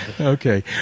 Okay